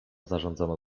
zarządzono